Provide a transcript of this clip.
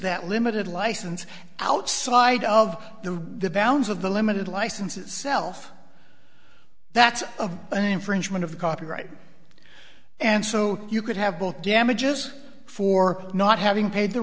that limited license outside of the the bounds of the limited licenses self that's of an infringement of copyright and so you could have both damages for not having paid the